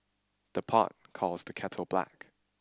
the pot calls the kettle black